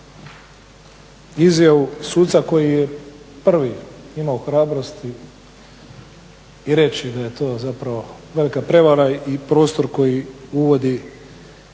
izjavu suca koji je prvi imao hrabrosti i reći da je to zapravo velika prevara i prostor koji uvodi